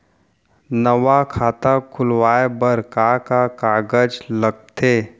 नवा खाता खुलवाए बर का का कागज लगथे?